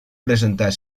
presentar